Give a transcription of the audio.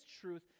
truth